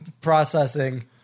processing